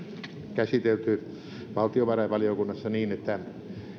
käsitelty valtiovarainvaliokunnassa niin että